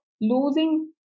losing